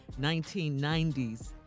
1990s